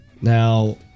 Now